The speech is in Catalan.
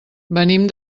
venim